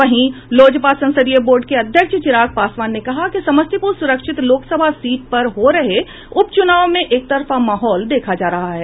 वहीं लोजपा संसदीय बोर्ड के अध्यक्ष चिराग पासवान ने कहा कि समस्तीपुर सुरक्षित लोकसभा सीट पर हो रहे उप चुनाव में एकतरफा माहौल देखा जा रहा है